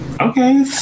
Okay